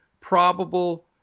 probable